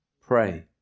Pray